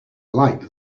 like